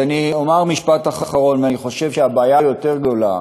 אז אני אומר משפט אחרון: אני חושב שהבעיה היותר-גדולה,